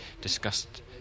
discussed